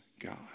God